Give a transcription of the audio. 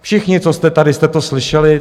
Všichni, co jste tady, jste to slyšeli.